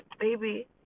baby